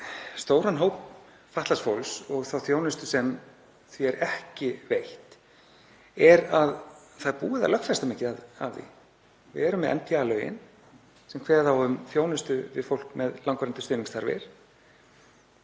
stóran hóp fatlaðs fólks og þá þjónustu sem því er ekki veitt er að það er búið að lögfesta mikið af því. Við erum með NPA-lögin sem kveða á um þjónustu við fólk með langvarandi stuðningsþarfir.